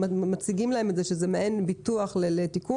מציגים להם את זה שזה מעין ביטוח לתיקון,